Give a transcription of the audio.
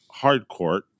Hardcourt